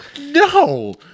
No